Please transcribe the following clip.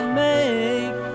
make